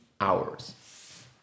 hours